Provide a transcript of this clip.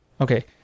Okay